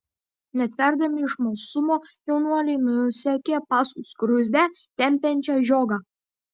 netverdami iš smalsumo jaunuoliai nusekė paskui skruzdę tempiančią žiogą